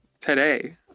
today